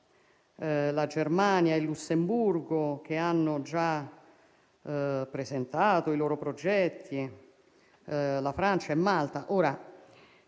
la Germania e il Lussemburgo, che hanno già presentato i loro progetti, nonché la Francia e Malta.